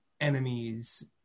enemies